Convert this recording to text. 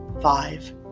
five